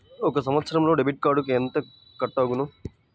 ఒక సంవత్సరంలో డెబిట్ కార్డుకు ఎంత కట్ అగును?